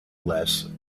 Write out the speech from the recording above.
less